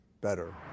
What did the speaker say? better